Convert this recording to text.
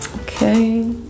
Okay